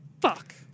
fuck